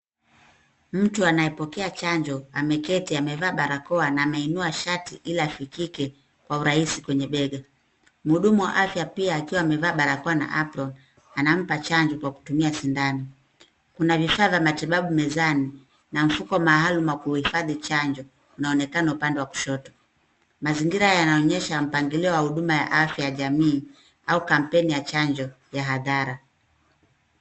Mtu anayepokea chanjo ameketi amevaa barakoa na ameinua shati ili afikike kwa urahisi kwenye bega. Mhudumu wa afya pia akiwa amevaa barakoa na aproni anampa chanjo kwa kutumia sindano. Kuna vifaa vya matibabu mezani na mifuko maalum wa kuhifadhi chanjo, unaonekana upande wa kushoto. Mazingira yanaonyesha mpangilio wa huduma ya afya jamii au kampeni ya chanjo ya hadhara.